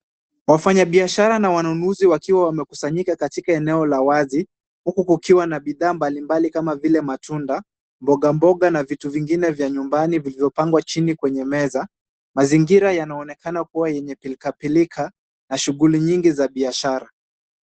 Wafanyabiashara na wanunuzi wakiwa wamekusanyika katika eneo la wazi huku kukiwa na bidhaa mbalimbali kama vile; matunda, mbogamboga na viatu vingine vya nyumbani vilivyopangwa chini kwenye meza. Mazingira yanaonekana kuwa yenye pilikapilika na shughuli nyingi za biashara.